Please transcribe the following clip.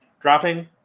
dropping